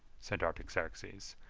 said artaxerxes,